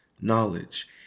knowledge